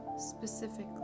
specifically